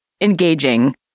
engaging